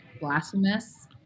blasphemous